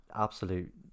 absolute